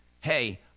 hey